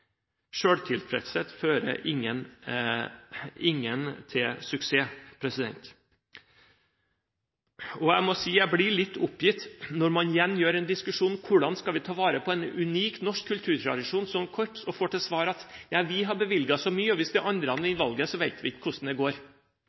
Selvtilfredshet fører ingen til suksess. Jeg må si at jeg blir litt oppgitt når man igjen har en diskusjon om hvordan vi skal ta vare på en unik norsk kulturtradisjon som korps, og får til svar: Ja, vi har bevilget så mye, og hvis de andre vinner valget, vet vi ikke hvordan det går.